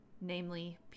namely